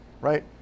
Right